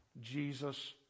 Jesus